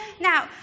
Now